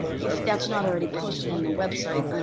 if that's not already posted on the website,